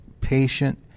patient